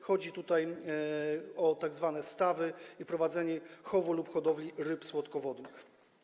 Chodzi tutaj o tzw. stawy i prowadzenie chowu lub hodowli ryb słodkowodnych.